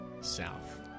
south